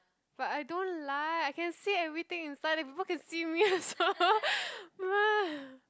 but I don't like I can see everything inside then people can see me also